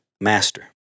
master